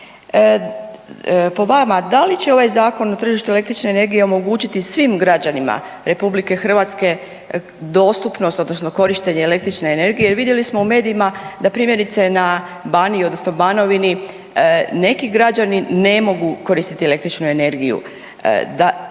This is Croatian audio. Po vama, da li će ovaj Zakon o tržištu električne energije omogućiti svim građanima RH dostupnost odnosno korištenje električne energije jer vidjeli smo u medijima, da primjerice, na Baniji, odnosno Banovini neki građani ne mogu koristiti električnu energiju.